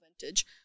vintage